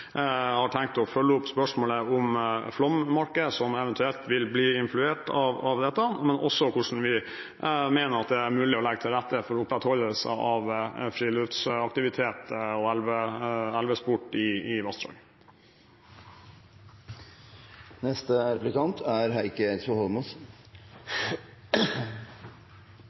har tenkt å følge opp spørsmålet om flommarker som eventuelt vil bli influert av dette, og også hvordan vi mener det er mulig å legge til rette for opprettholdelse av friluftsaktiviteter og elvesport i vassdrag. Jeg må nesten få spørre presidenten om det er